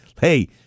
hey